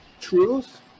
truth